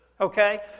Okay